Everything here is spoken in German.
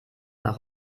nach